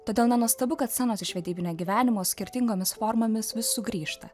todėl nenuostabu kad scenos iš vedybinio gyvenimo skirtingomis formomis vis sugrįžta